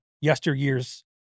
yesteryear's